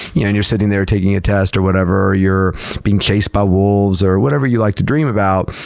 you're and you're sitting there taking a test or whatever, or you're being chased by wolves, or whatever you like to dream about,